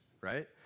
Right